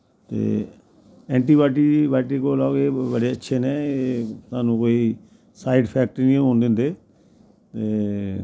ते ऐन्टिबाएओटिक कोला एह् बड़े अच्छे न स्हानू कोई साईड अफैक्ट नी होन दिन्दे ते